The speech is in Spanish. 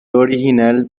original